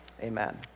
Amen